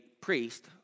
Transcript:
priest